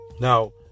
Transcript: now